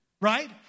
right